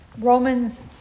Romans